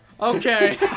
Okay